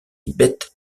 bête